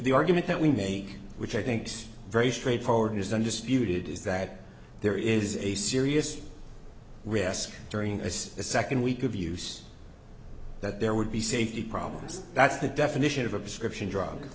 the argument that we make which i think very straightforward is undisputed is that there is a serious risk during this the second week of use that there would be safety problems that's the definition of a prescription drug